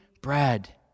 bread